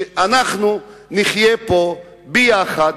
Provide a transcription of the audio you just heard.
שאנחנו נחיה פה יחד,